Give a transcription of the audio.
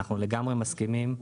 ואנחנו לגמרי מסכימים.